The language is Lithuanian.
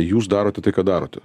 jūs darote tai ką darote